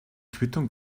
quittung